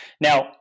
Now